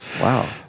Wow